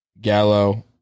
Gallo